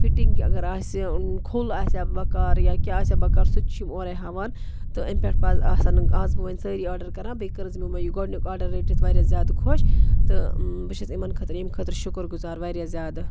فِٹنٛگہِ اگر آسہِ کھُل آسہِ ہا بَکار یا کینٛہہ آسیا بَکار سُہ تہِ چھِ یِم اورَے ہاوان تہٕ امہِ پٮ۪ٹھ پَز آسَن آز بہٕ وۄَنۍ سٲری آرڈَر کَران بیٚیہِ کٔرٕس بہٕ یِمو یہِ گۄڈٕنیُک آرڈَر رٔٹِتھ واریاہ زیادٕ خۄش تہٕ بہٕ چھَس یِمَن خٲطرٕ ییٚمہِ خٲطرٕ شُکُر گُزار واریاہ زیادٕ